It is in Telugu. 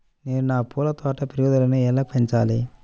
నేను నా పూల తోట పెరుగుదలను ఎలా పెంచాలి?